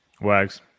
Wags